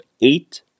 eight